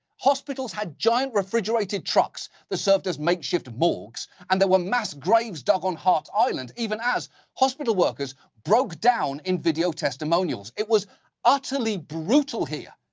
hospitals had giant, refrigerated trucks that served as makeshift morgues, and there were mass graves dug on hart island, even as hospital workers broke down in video testimonials. it was utterly brutal here.